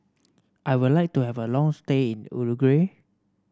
I would like to have a long stay in Uruguay